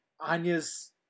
Anya's